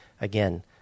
Again